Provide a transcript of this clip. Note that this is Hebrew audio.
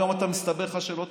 היום מסתבר לך שלא,